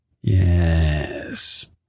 Yes